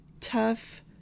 tough